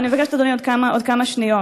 אני מבקשת, אדוני, עוד כמה שניות.